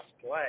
play